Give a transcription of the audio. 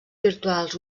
virtuals